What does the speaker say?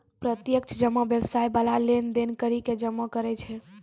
प्रत्यक्ष जमा व्यवसाय बाला लेन देन करि के जमा करै छै